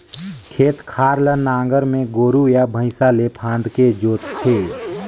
खेत खार ल नांगर में गोरू या भइसा ले फांदके जोत थे